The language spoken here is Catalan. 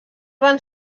van